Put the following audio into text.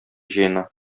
җыена